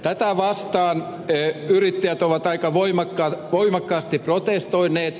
tätä vastaan yrittäjät ovat aika voimakkaasti protestoineet